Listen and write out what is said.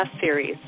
series